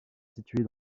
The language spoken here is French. situées